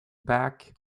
back